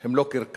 הם לא קרקס,